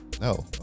No